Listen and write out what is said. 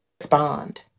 Respond